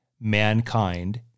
mankind